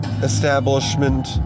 establishment